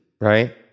right